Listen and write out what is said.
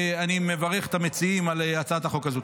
אני מברך את המציעים על הצעת החוק הזו.